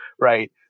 right